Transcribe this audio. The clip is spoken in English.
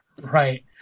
Right